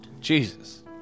Jesus